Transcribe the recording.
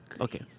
Okay